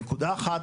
נקודה אחת,